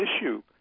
issue